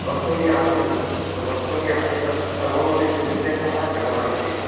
वस्तूनि आसन् वस्तूनि आसन् तद् सर्वमपि स्वीकृत्य सः गतवान् इति